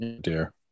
Dear